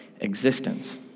existence